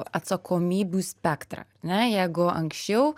atsakomybių spektrą ar ne jeigu anksčiau